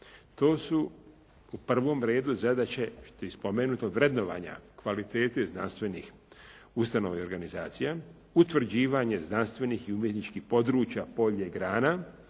To su u prvom redu zadaće spomenutog vrednovanja kvalitete znanstvenih ustanova i organizacija, utvrđivanje znanstvenih i umjetničkih područja, polja i grana